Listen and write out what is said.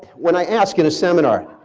when i asked in a seminar,